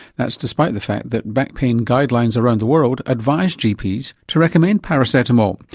that's despite the fact that back pain guidelines around the world advise gps to recommend paracetamol.